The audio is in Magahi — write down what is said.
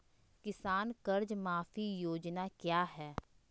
किसान कर्ज माफी योजना क्या है?